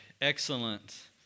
excellent